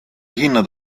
hinnad